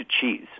cheese